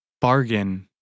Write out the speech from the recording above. bargain